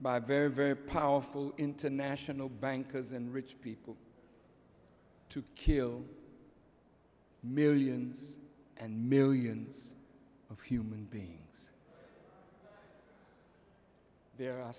by very very powerful international bankers and rich people to kill millions and millions of human beings there are